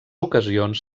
ocasions